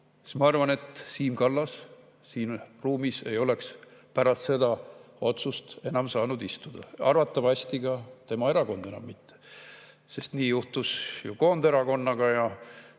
arvates Siim Kallas siin ruumis ei oleks pärast seda otsust enam saanud istuda, arvatavasti ka tema erakond enam mitte. Sest nii juhtus ju Koonderakonnaga ja